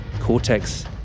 Cortex